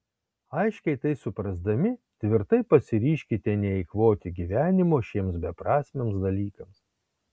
aiškiai tai suprasdami tvirtai pasiryžkite neeikvoti gyvenimo šiems beprasmiams dalykams